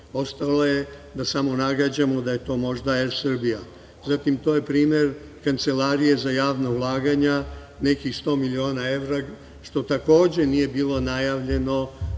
Ostalo je sam oda nagađamo da je to možda ER Srbija. Zatim, to je primer Kancelarije za javna ulaganja nekih 100 miliona evra, što takođe nije bilo najavljeno